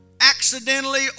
accidentally